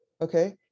Okay